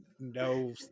No